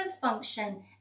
function